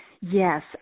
Yes